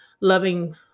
loving